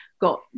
got